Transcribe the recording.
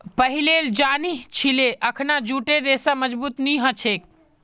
पहिलेल जानिह छिले अखना जूटेर रेशा मजबूत नी ह छेक